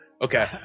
Okay